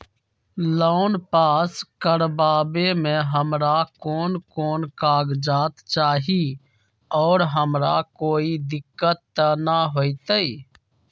Loan पास करवावे में हमरा कौन कौन कागजात चाही और हमरा कोई दिक्कत त ना होतई?